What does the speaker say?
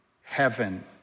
heaven